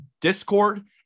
discord